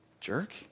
jerk